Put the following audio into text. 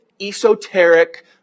esoteric